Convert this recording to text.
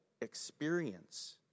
experience